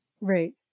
Right